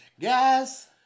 Guys